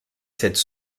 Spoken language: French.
cette